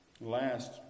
Last